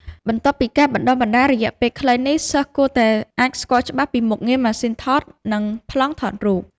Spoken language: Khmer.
បន្ទាប់ពីការបណ្តុះបណ្តាលរយៈពេលខ្លីនេះ សិស្សគួរតែអាចស្គាល់ច្បាស់ពីមុខងារម៉ាស៊ីនថត និងប្លង់ថតរូប។